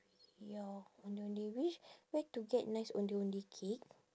ya ondeh ondeh which where to get nice ondeh ondeh cake